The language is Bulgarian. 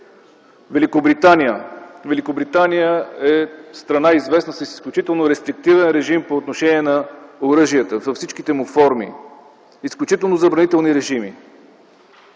режим. Великобритания е страна известна с изключително рестриктивен режим по отношение за оръжията, с всичките му форми, изключително забранителни режими,